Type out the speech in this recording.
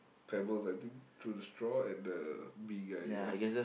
pebbles I think through the straw at the bee guy ya